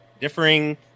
differing